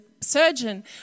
Surgeon